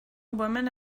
woman